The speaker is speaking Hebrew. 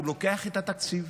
הוא לוקח את התקציב,